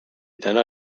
täna